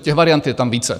Těch variant je tam více.